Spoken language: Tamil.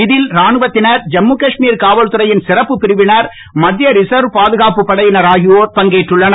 இதில் ராணுவத்தினர் ஜம்மு காஷ்மீர் காவல்துறையின் சிறப்பு பிரிவினர் மத்திய ரிசர்வ் பாதுகாப்பு படையினர் ஆகியோர் பங்கேற்றுள்ளனர்